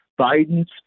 Biden's